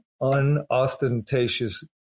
unostentatious